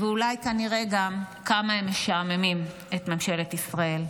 ואולי כנראה גם כמה הם משעממים את ממשלת ישראל.